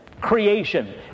creation